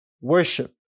worship